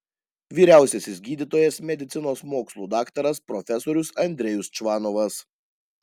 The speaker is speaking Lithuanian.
vyriausiasis gydytojas medicinos mokslų daktaras profesorius andrejus čvanovas